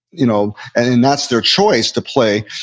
you know and then that's their choice to play,